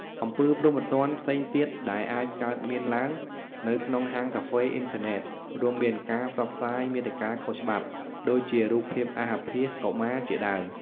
អំពើព្រហ្មទណ្ឌ ផ្សេងទៀត ដែល អាចកើតមានឡើង នៅក្នុង ហាងកាហ្វេអ៊ីនធឺណិត រួមមាន ការផ្សព្វផ្សាយមាតិកាខុសច្បាប់ ដូចជា រូបភាពអាសអាភាសកុមារ ជាដើម។